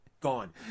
gone